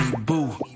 boo